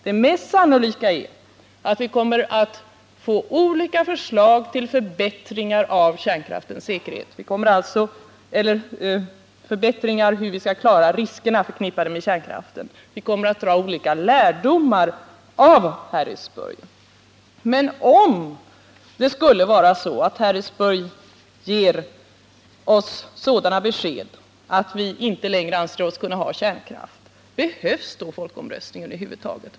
Det mest sannolika är att vi kommer att få olika förslag till förbättringar av metoderna för hur vi skall klara riskerna som är förknippade med kärnkraften. Vi kommer att dra olika lärdomar av Harrisburg. Men om det skulle vara så att Harrisburg ger oss sådana besked att vi inte längre anser oss kunna ha kärnkraft, behövs då folkomröstningen över huvud taget?